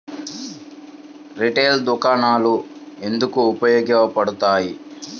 Retail దుకాణాలు ఎందుకు ఉపయోగ పడతాయి?